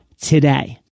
today